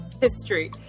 history